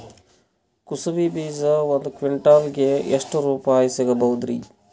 ಕುಸಬಿ ಬೀಜ ಒಂದ್ ಕ್ವಿಂಟಾಲ್ ಗೆ ಎಷ್ಟುರುಪಾಯಿ ಸಿಗಬಹುದುರೀ?